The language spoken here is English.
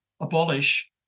abolish